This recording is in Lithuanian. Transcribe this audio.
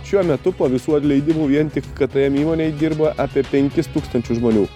šiuo metu po visų atleidimų vien tik ktm įmonėj dirba apie penkis tūkstančius žmonių